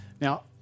Now